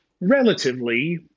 relatively